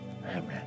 Amen